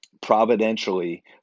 providentially